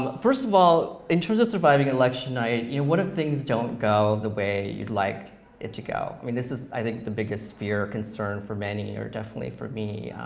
but first of all, in terms of surviving election night, you know what if things don't go the way you'd liked it to go. i mean this is, i think, the biggest fear or concern for many, or definitely for me.